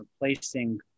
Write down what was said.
replacing